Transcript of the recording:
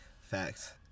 Facts